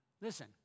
Listen